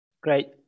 Great